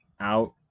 out